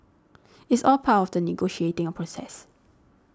it's all part of the negotiating a process